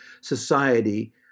society